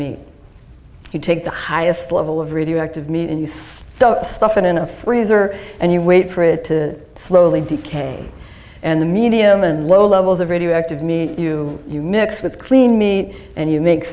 me you take the highest level of radioactive meat and you see the stuff in in a freezer and you wait for it to slowly decay and the medium and low levels of radioactive meat you mix with clean me and you make